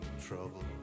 trouble